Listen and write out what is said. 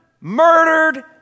murdered